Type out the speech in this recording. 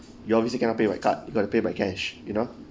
you always cannot pay by card you got to pay by cash you know